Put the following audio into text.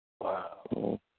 Wow